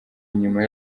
nyuma